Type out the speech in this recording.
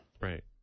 Right